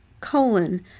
colon